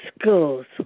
schools